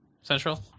Central